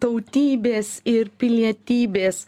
tautybės ir pilietybės